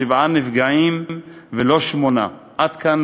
שבעה נפגעים ולא שמונה"; עד כאן,